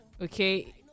okay